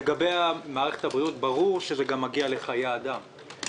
לגבי מערכת הבריאות, ברור שזה מגיע לחיי אדם.